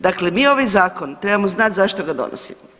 Dakle, mi ovaj zakon trebamo znat zašto ga donosimo.